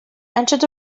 entered